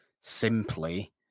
simply